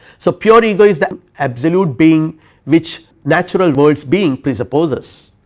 so, pure ego is the absolute being which natural worlds being presupposes,